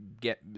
get